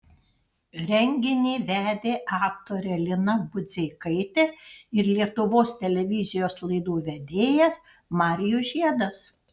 renginį vedė aktorė lina budzeikaitė ir lietuvos televizijos laidų vedėjas marijus žiedas